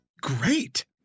great